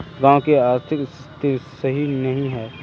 गाँव की आर्थिक स्थिति सही नहीं है?